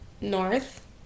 north